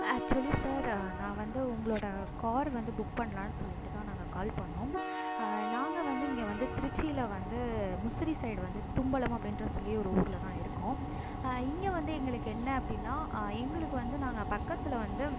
actually sir நான் வந்து உங்களோட கார் வந்து புக் பண்ணலான்னு சொல்லிவிட்டு தான் நாங்கள் கால் பண்ணிணோம் நாங்கள் வந்து இங்கே வந்து திருச்சியில் வந்து முசிறி சைட் வந்து தும்பலம் அப்படின்ற சொல்லி ஒரு ஊரில் தான் இருக்கோம் இங்கே வந்து எங்களுக்கு என்ன அப்படின்னா எங்களுக்கு வந்து நாங்கள் பக்கத்தில் வந்து